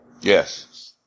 Yes